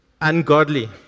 ungodly